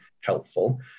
helpful